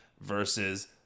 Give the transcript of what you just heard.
versus